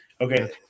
Okay